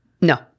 No